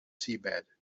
seabed